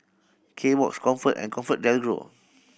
Kbox Comfort and ComfortDelGro